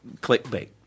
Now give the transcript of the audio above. clickbait